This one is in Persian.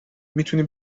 میتونی